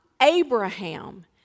Abraham